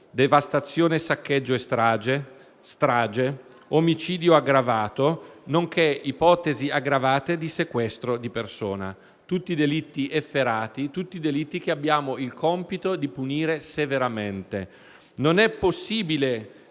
devastazione, saccheggio e strage; strage; omicidio aggravato; nonché ipotesi aggravate di sequestro di persona. Tutti delitti efferati, tutti delitti che abbiamo il compito di punire severamente. Non è possibile,